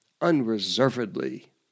unreservedly